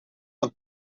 een